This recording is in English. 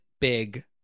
Big